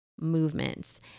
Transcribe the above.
movements